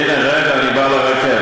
הנה, רגע, אני בא לרכבת.